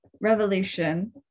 revolution